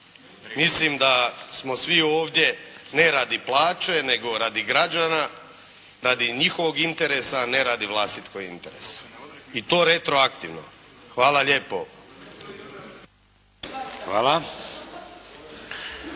Mislim da smo svi ovdje ne radi plaće nego radi građana, radi njihovog interesa a ne radi vlastitog interesa i to retroaktivno. Hvala lijepo.